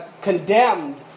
condemned